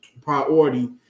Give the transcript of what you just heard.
priority